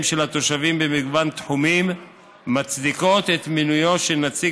של התושבים במגוון תחומים מצדיקות את מינויו של נציג